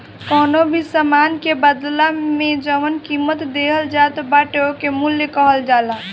कवनो भी सामान के बदला में जवन कीमत देहल जात बाटे ओके मूल्य कहल जाला